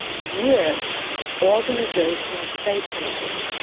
with organizational stakeholders?